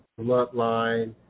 bloodline